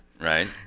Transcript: right